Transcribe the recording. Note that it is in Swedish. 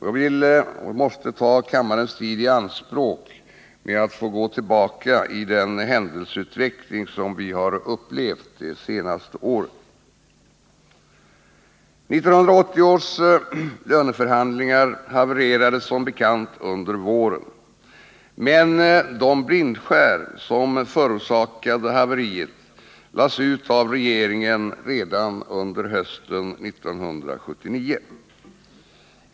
Jag vill och måste ta kammarens tid i anspråk med att gå tillbaka i den händelsutveckling som vi har upplevt det senaste året. 1980 års löneförhandlingar havererade ju som bekant under våren, men de blindskär som förorsakade haveriet lades ut av regeringen redan under hösten 1979.